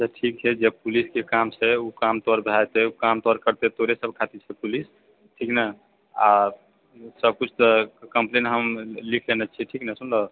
ठीक छै जे पुलिसके काम छै ओ काम तोहर भए जेतए ओ काम तोहर करतै तोरे सभ खातिर छै पुलिस ठीक ने आ सभ किछु तऽ कम्पलेन हम लिख लेने छिऐ ठीक ने सुनलऽ